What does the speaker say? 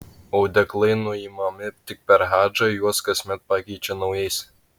audeklai nuimami tik per hadžą juos kasmet pakeičia naujais